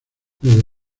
desde